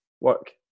work